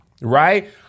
Right